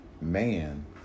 man